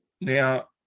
now